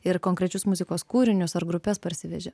ir konkrečius muzikos kūrinius ar grupes parsiveži